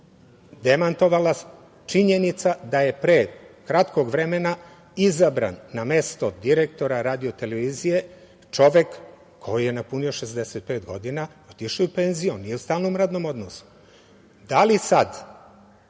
demantovala činjenica da je pre kratkog vremena izabran na mesto direktora radio televizije čovek koji je napunio 65 godina, otišao je u penziju, on nije u stalnom radnom odnosu. Da li sada